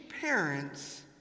parents